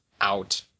out